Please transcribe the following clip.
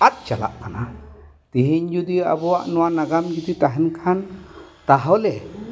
ᱟᱫ ᱪᱟᱞᱟᱜ ᱠᱟᱱᱟ ᱛᱮᱦᱮᱧ ᱡᱩᱫᱤ ᱟᱵᱚᱣᱟᱜ ᱱᱚᱣᱟ ᱱᱟᱜᱟᱢ ᱡᱩᱫᱤ ᱛᱟᱦᱮᱱ ᱠᱷᱟᱱ ᱛᱟᱦᱚᱞᱮ